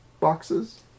boxes